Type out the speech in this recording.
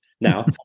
now